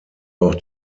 auch